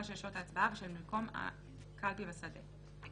של שעות ההצבעה ושל מקום הקלפי בשדה.